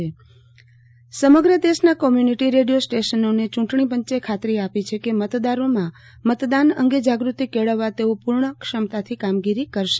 આરતીબેન Bhatt community radio સ્ટેશનો યુંટણી પંચ સમગ્ર દેશના કોમ્યુનિટી રેડિયો સ્ટેશનોએ ચૂંટણી પંચે ખાતરી આપી છે કે મતદારોમાં મતદાન અંગે જાગ્રતિ કેળવવા તેઓ પૂર્ણ ક્ષમતાથી કામગીરી કરશે